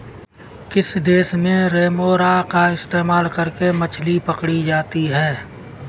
किस देश में रेमोरा का इस्तेमाल करके मछली पकड़ी जाती थी?